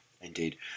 indeed